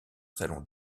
salon